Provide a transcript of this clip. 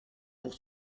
pour